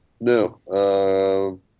No